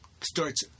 starts